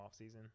offseason